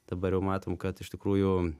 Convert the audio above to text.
dabar jau matom kad iš tikrųjų